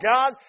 God